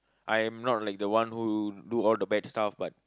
I am not like the one who do all the bad stuff but